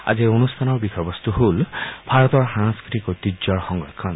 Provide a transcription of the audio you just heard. আজিৰ অনুষ্ঠানৰ বিষয়বস্তু হ'ল ভাৰতৰ সাংস্কৃতিক ঐতিহ্যৰ সংৰক্ষণ